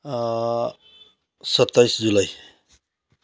सत्ताइस जुलाई